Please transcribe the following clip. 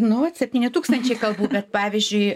nu septyni tūkstančiai kalbų bet pavyzdžiui